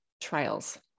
trials